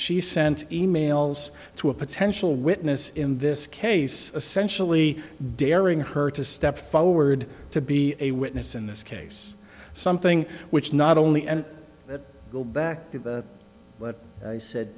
she sent e mails to a potential witness in this case essentially daring her to step forward to be a witness in this case something which not only and go back to what i said